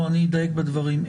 אני אדייק בדברים.